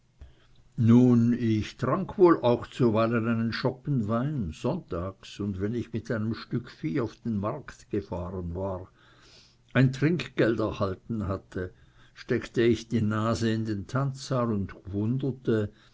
erfuhr ich trank wohl auch zuweilen einen schoppen wein sonntags und wenn ich mit einem stück vieh auf den markt gefahren war ein trinkgeld erhalten hatte steckte ich die nase in den tanzsaal und gwunderte